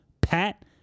Pat